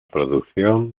producción